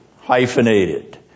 hyphenated